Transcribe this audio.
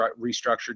restructured